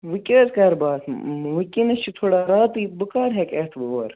وۄنۍ کیاہ حظ کَر بہٕ اَتھ وٕنٛکیٚس چھِ تھُوڑا راتٕے بہٕ کَر ہیٚکہٕ یِتھ وۄنۍ اوٗر